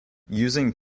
using